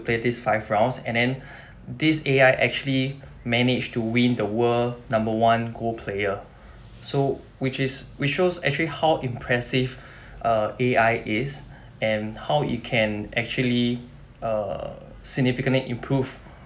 play this five rounds and then this A_I actually managed to win the world number one go player so which is which shows actually how impressive uh A_I is and how it can actually uh significantly improve